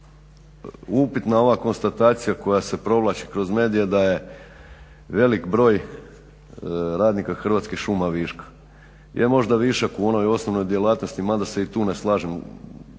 upitna ova konstatacija koja se provlači kroz medije da je velik broj radnika Hrvatskih šuma viška, je možda višak u onoj osnovnoj djelatnosti, mada se i tu ne slažem,